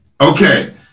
Okay